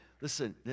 listen